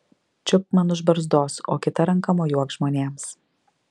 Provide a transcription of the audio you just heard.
čiupk man už barzdos o kita ranka mojuok žmonėms